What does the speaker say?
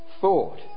Thought